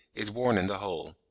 is worn in the hole.